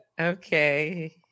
Okay